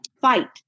fight